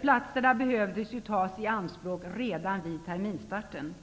Platserna behövde tas i anspråk redan vid terminsstarten.